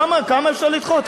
כמה אפשר לדחות?